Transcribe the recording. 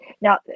now